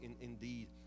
indeed